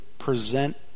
present